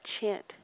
chant